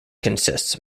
consists